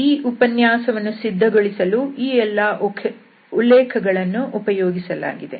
ಈ ಉಪನ್ಯಾಸವನ್ನು ಸಿದ್ಧಗೊಳಿಸಲು ಈ ಎಲ್ಲಾ ಉಲ್ಲೇಖಗಳನ್ನು ಉಪಯೋಗಿಸಲಾಗಿದೆ